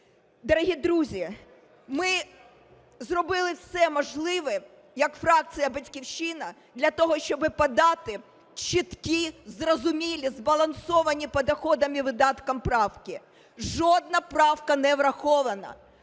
Дорогі друзі, ми зробили все можливе як фракція "Батьківщина" для того, щоб подати чіткі зрозумілі збалансовані по доходах і видатках правки. Жодна правка не врахована.